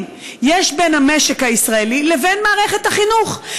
יש בין המשק הישראלי לבין מערכת החינוך?